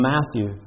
Matthew